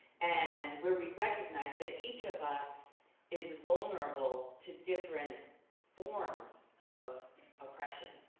and where we recognize that each of us is vulnerable to different forms of oppression.